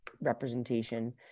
representation